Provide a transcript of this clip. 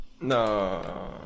No